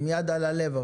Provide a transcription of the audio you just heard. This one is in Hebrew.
אבל עם יד על הלב,